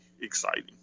exciting